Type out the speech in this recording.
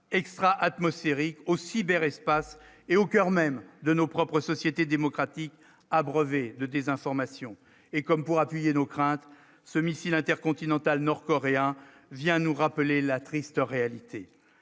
extra-atmosphérique au cyberespace est au coeur même de nos propres sociétés démocratiques abreuvés de désinformation et comme pour appuyer nos craintes, ce missile InterContinental nord-coréen vient nous rappeler la triste réalité,